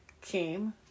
came